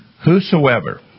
Whosoever